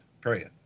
period